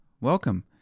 welcome